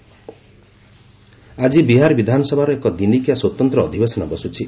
Bihar session ଆଜି ବିହାର ବିଧାନସଭାର ଏକ ଦିନିକିଆ ସ୍ୱତନ୍ତ୍ର ଅଧିବେଶନ ବସୁଛି